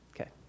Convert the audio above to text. Okay